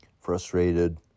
frustrated